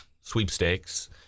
sweepstakes